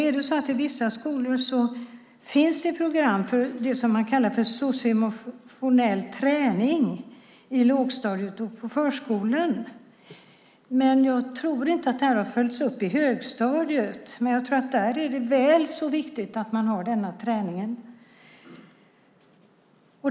I vissa skolor finns det program för det man kallar socioemotionell träning i lågstadiet och på förskolan. Jag tror inte att det här har följts upp i högstadiet, men där är det väl så viktigt att man har denna träning.